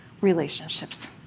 relationships